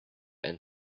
and